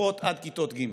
לפחות עד כיתות ג'?